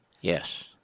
Yes